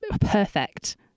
perfect